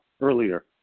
earlier